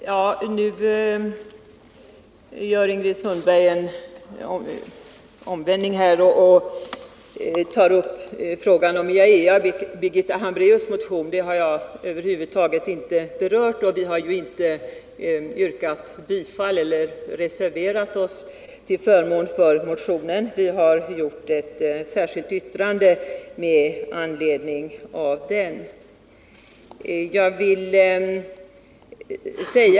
Herr talman! Ingrid Sundberg gör nu en tvärvändning och tar upp frågan om IAEA och Birgitta Hambraeus motion. Det har jag över huvud taget inte berört, och vi har inte tillstyrkt eller reserverat oss till förmån för motionen. Vi har avgivit ett särskilt yttrande med anledning av den.